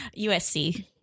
USC